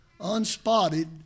unspotted